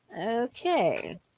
Okay